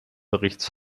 berichts